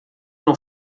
não